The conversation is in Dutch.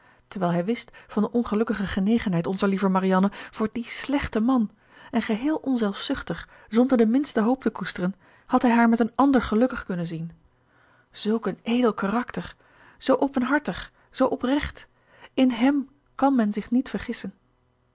terwijl hij wist van de ongelukkige genegenheid onzer lieve marianne voor dien slechten man en geheel onzelfzuchtig zonder de minste hoop te koesteren had hij haar met een ander gelukkig kunnen zien zulk een edel karakter zoo openhartig zoo oprecht in hèm kan men zich niet vergissen